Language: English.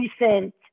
recent